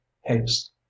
Haste